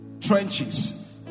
Trenches